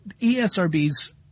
ESRB's